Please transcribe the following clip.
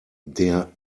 der